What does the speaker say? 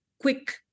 quick